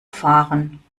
fahren